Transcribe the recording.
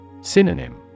Synonym